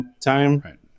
time